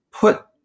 put